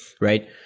right